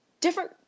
different